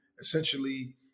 essentially